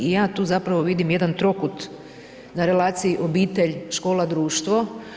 I ja tu zapravo vidim jedan trokut na relaciji obitelj-škola-društvo.